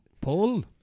Paul